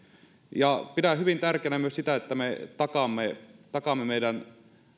pidän hyvin tärkeänä myös sitä että me takaamme takaamme meidän